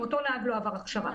בוודאי היא חלה על הבעלים של החברה.